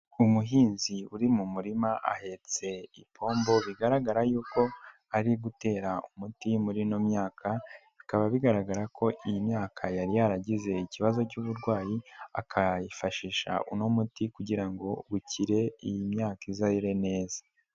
Umuhinzi uri mu murima ahetse ipombo bigaragara yuko ari gutera umuti muri ino myaka, bikaba bigaragara ko iyi myaka yari yaragize ikibazo cy'uburwayi akayifashisha uno muti kugira ngo bukire iyi myaka izere neza.